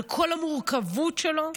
על כל המורכבות שלו,